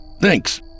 Thanks